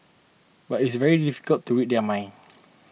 but it's very difficult to read their minds